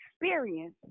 experience